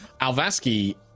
Alvaski